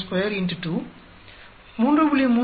7 5